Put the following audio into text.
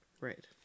Right